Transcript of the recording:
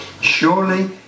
Surely